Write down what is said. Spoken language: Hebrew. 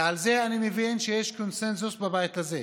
ועל זה אני מבין שיש קונסנזוס בבית הזה.